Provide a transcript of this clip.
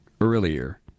earlier